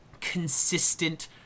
consistent